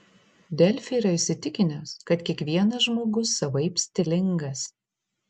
delfi yra įsitikinęs kad kiekvienas žmogus savaip stilingas